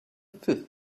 fifth